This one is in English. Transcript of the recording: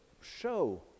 show